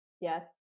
Yes